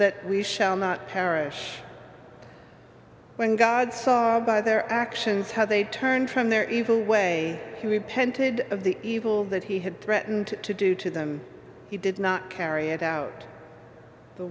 that we shall not perish when god saw by their actions how they turned from their evil way he repented of the evil that he had threatened to do to them he did not carry it out the